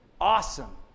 Awesome